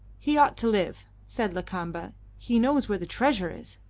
he ought to live, said lakamba he knows where the treasure is.